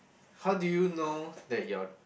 how do you know that your